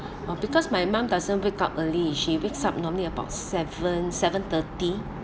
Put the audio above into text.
oh because my mum doesn't wake up early she wakes up normally about seven seven thirty